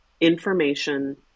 information